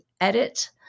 edit